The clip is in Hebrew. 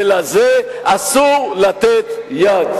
ולזה אסור לתת יד.